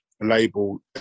label